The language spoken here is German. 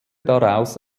daraus